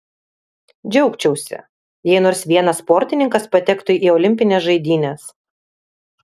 džiaugčiausi jei nors vienas sportininkas patektų į olimpines žaidynes